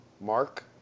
Mark